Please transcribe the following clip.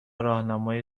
راهنمای